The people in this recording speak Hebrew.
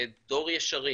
ו'דור ישרים',